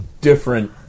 different